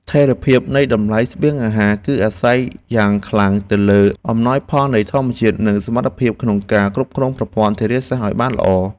ស្ថិរភាពនៃតម្លៃស្បៀងអាហារ គឺអាស្រ័យយ៉ាងខ្លាំងទៅលើអំណោយផលនៃធម្មជាតិ និងសមត្ថភាពក្នុងការគ្រប់គ្រងប្រព័ន្ធធារាសាស្ត្រឱ្យបានល្អ។